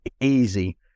easy